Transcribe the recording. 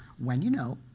when you know,